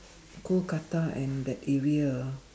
Kolkata and that area ah